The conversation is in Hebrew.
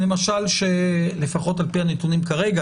למשל שלפחות על פי הנתונים כרגע,